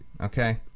Okay